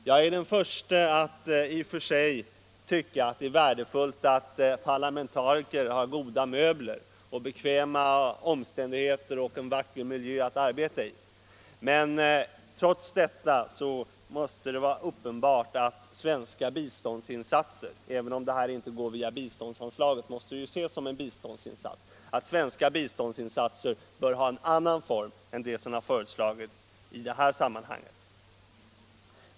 Jag är i och för sig den förste att anse det värdefullt för parlamentariker att ha goda möbler, bekväma omständigheter och en vacker miljö att arbeta i, men trots detta är det uppenbart att svenska biståndsinsatser — det här måste ses som en biståndsinsats även om det inte går via biståndsanslaget — bör ha en annan form än den som föreslagits.